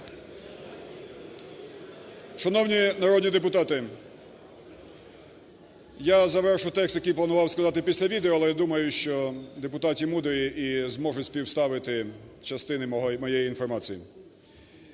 Шановні народні депутати! Я завершу текст, який планував сказати після відео, але я думаю, що депутати мудрі і зможуть співставити частини моєї інформації.